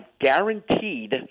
guaranteed